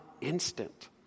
instant